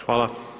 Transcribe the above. Hvala.